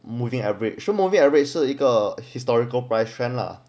moving average 是一个 historical price trend lah then normally we set our moving average as the